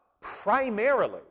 primarily